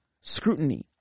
scrutiny